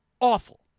Awful